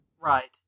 right